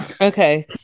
Okay